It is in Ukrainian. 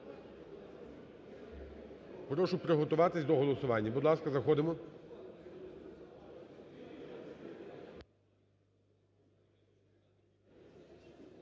прошу приготуватися до голосування. Будь ласка, заходимо.